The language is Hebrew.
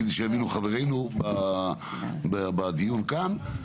כדי שיבינו חברינו בדיון כאן,